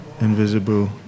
invisible